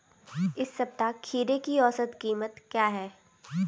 इस सप्ताह खीरे की औसत कीमत क्या है?